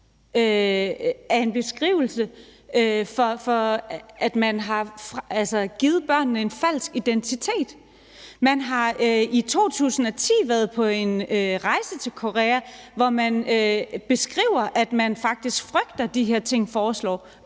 er en beskrivelse for, at man har givet børnene en falsk identitet. Man har i 2010 været på en rejse til Korea, hvor man beskriver, at man faktisk frygter, at de her ting foregår,